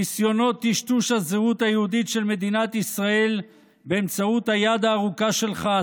ניסיונות טשטוש הזהות היהודית של מדינת ישראל באמצעות היד הארוכה שלך,